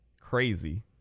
Crazy